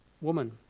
woman